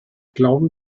glauben